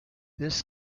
this